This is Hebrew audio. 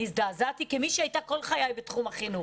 אני הזדעזעתי כמי שהייתה כל חייה בתחום החינוך.